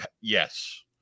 Yes